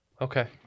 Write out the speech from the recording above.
okay